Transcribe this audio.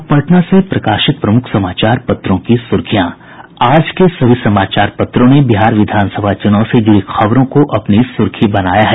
अब पटना से प्रकाशित प्रमुख समाचार पत्रों की सुर्खियां आज के सभी समाचार पत्रों ने बिहार विधानसभा चुनाव से जुड़ी खबरों को अपनी सुर्खी बनाया है